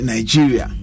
Nigeria